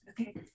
Okay